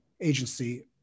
agency